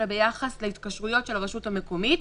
אלא ביחס להתקשרויות של הרשות המקומית.